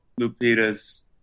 lupita's